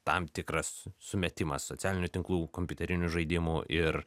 tam tikras sumetimas socialinių tinklų kompiuterinių žaidimų ir